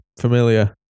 familiar